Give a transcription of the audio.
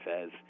says